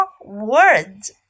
words